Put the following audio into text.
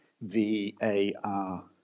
V-A-R